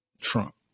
Trump